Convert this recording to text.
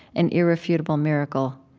an irrefutable miracle.